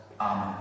Amen